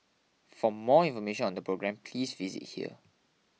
for more information on the programme please visit here